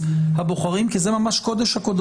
הכול